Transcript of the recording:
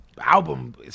album